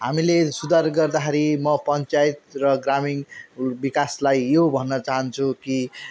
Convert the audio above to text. हामीले सुधार गर्दाखेरि म पञ्चायत र ग्रामीण विकासलाई यो भन्न चाहन्छु कि